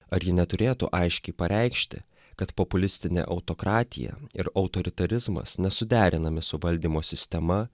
ar ji neturėtų aiškiai pareikšti kad populistinė autokratija ir autoritarizmas nesuderinami su valdymo sistema